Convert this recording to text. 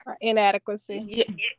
inadequacy